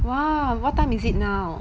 !whoa! what time is it now